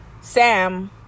Sam